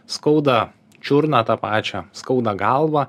skauda čiurną tą pačią skauda galvą